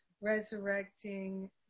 resurrecting